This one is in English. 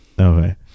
Okay